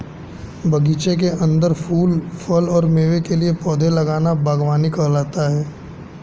बगीचे के अंदर फूल, फल और मेवे के लिए पौधे लगाना बगवानी कहलाता है